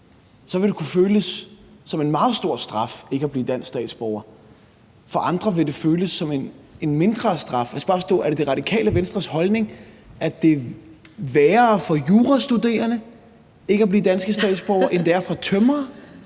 vil det kunne føles som en meget stor straf ikke at blive dansk statsborger, og at for andre vil det føles som en mindre straf. Jeg skal bare forstå, om det er Det Radikale Venstres holdning, at det er værre for jurastuderende ikke at blive danske statsborgere, end det er for tømrere.